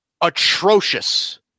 atrocious